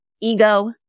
ego